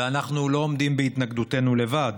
ואנחנו לא עומדים בהתנגדותנו לבד,